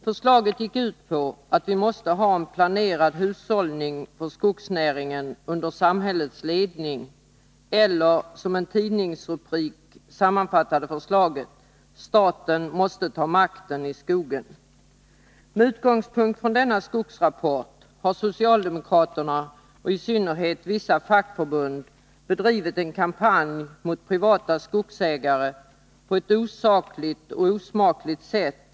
Förslaget gick ut på att vi måste ha en planerad hushållning för skogsnäringen under samhällets ledning eller, som en tidningsrubrik sammanfattade förslaget: ”Staten måste ta makten i skogen”. Med utgångspunkt i denna skogsrapport har socialdemokraterna, och i synnerhet vissa fackförbund, bedrivit en kampanj mot privata skogsägare på ett osakligt och osmakligt sätt.